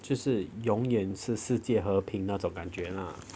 就是永远是世界和平那种感觉是吗